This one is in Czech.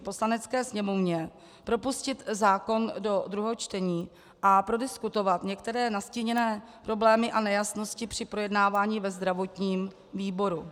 Poslanecké sněmovně propustit zákon do druhého čtení a prodiskutovat některé nastíněné problémy a nejasnosti při projednávání ve zdravotním výboru.